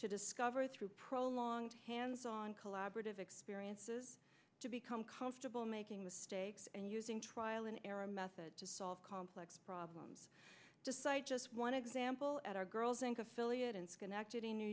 to discover through prolonged hands on collaborative experiences to become comfortable making the stakes and using trial and error method to solve complex problems just cite just one example at our girls inc affiliate in schenectady new